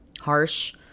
harsh